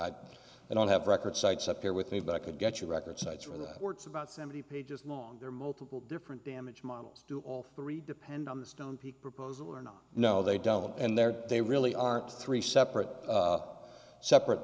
and i don't have record cites up here with me but i could get your record cites for that words about seventy pages long there are multiple different damage models do all three depend on the stone peak proposal or not no they don't and there they really are three separate separate